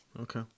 Okay